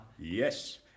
Yes